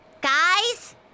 Guys